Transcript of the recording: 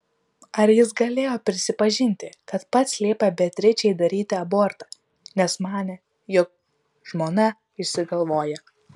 ar jis galėjo prisipažinti kad pats liepė beatričei daryti abortą nes manė jog žmona išsigalvoja